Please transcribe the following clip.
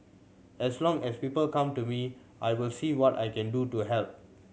as long as people come to me I will see what I can do to help